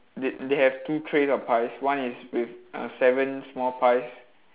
they they have two trays of pies one is with uh seven small pies